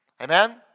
Amen